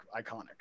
iconic